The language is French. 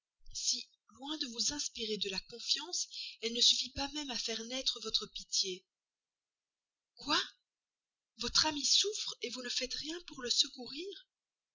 si loin de vous inspirer de la confiance elle ne suffit pas même pour faire naître votre pitié quoi votre ami souffre vous ne faites rien pour le secourir